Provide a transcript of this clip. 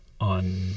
on